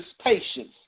patience